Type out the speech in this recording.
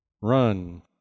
run